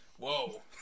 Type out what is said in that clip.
Whoa